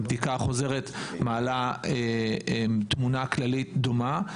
הבדיקה החוזרת מעלה תמונה כללית דומה,